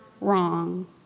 wrong